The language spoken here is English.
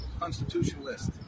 Constitutionalist